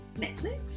Netflix